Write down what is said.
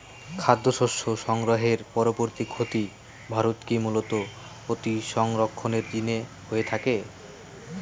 খাদ্যশস্য সংগ্রহের পরবর্তী ক্ষতি ভারতত কি মূলতঃ অতিসংরক্ষণের জিনে হয়ে থাকে?